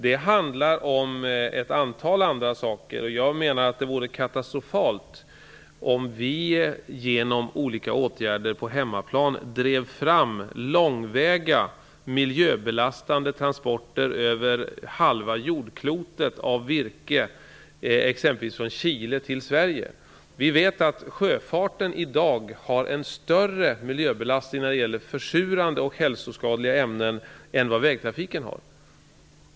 Den innefattar också ett antal andra saker, och jag menar att det vore katastrofalt, om vi genom olika åtgärder på hemmaplan drev fram långväga miljöbelastande transporter av virke över halva jordklotet, exempelvis från Chile till Vi vet att sjöfarten i dag har en större miljöbelastning när det gäller försurande och hälsoskadliga ämnen än vad vägtrafiken har.